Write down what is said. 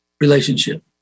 relationship